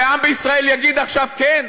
שהעם בישראל יגיד עכשיו כן?